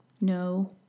No